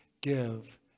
give